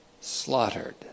slaughtered